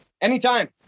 Anytime